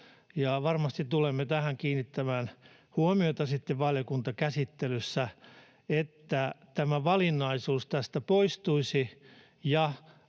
ja varmasti tulemme kiinnittämään huomiota sitten valiokuntakäsittelyssä tähän, että tämä valinnaisuus poistuisi